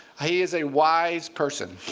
he is a wise person.